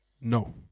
No